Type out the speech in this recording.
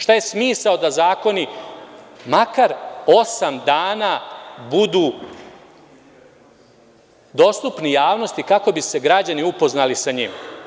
Šta je smisao da zakoni makar osam dana budu dostupni javnosti, kako bi se građani upoznali sa njim?